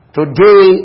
today